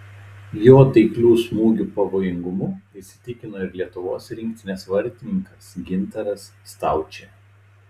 jo taiklių smūgių pavojingumu įsitikino ir lietuvos rinktinės vartininkas gintaras staučė